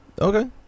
Okay